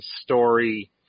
story